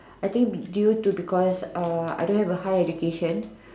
I think due to because err I don't have a high education